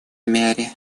мере